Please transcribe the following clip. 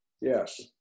Yes